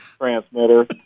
transmitter